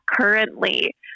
currently